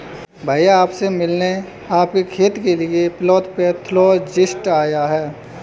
भैया आप से मिलने आपके खेत के लिए प्लांट पैथोलॉजिस्ट आया है